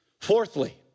fourthly